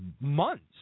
months